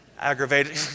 aggravated